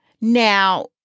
Now